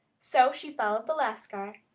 so she followed the lascar.